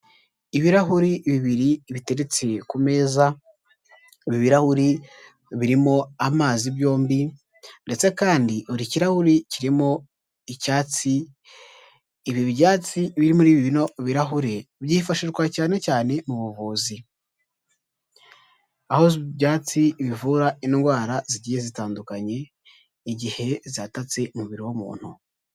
Ibirahuri bibiri biteretse ku meza, ibi birahuri birimo amazi byombi ndetse kandi buri kirahuri kirimo icyatsi, ibi byatsi biri muri bino birahure byifashishwa cyane cyane mu buvuzi, aho ibyatsi bivura indwara zigiye zitandukanye igihe zatatse umubiri w'umuntu.